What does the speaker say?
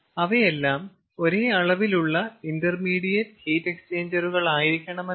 അവയെല്ലാം ഒരേ അളവിലുള്ള ഇന്റർമീഡിയറ്റ് ഹീറ്റ് എക്സ്ചേഞ്ചറുകളായിരിക്കണമെന്നില്ല